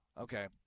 Okay